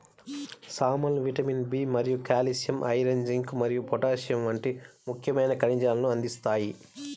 సామలు vitamin B మరియు calcium, iron, zinc మరియు పొటాషియం వంటి ముఖ్యమైన ఖనిజాలను అందిస్తాయి